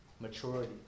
maturity